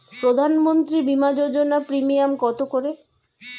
প্রধানমন্ত্রী বিমা যোজনা প্রিমিয়াম কত করে?